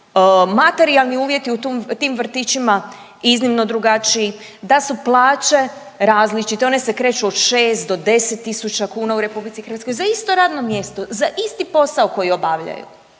da su materijalni uvjeti u tim vrtićima iznimno drugačiji, da su plaće različite. One se kreću od 6 do 10 tisuća kuna u RH, za isto radno mjesto, za isti posao koji obavljaju.